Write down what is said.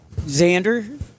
Xander